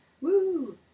Woo